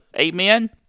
Amen